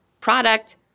product